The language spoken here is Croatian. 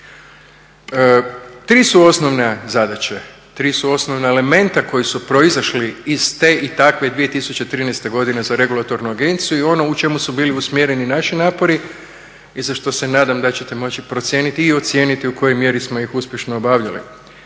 Tri osnovne zadaće, tri su osnovna elementa koja su proizašli iz te i takve 2013.godine za regulatornu agenciju i ono u čemu su bili usmjereni naši napori i za što se nadam da ćete moći procijeniti i ocijeniti u kojoj mjeri smo ih uspješno obavljali.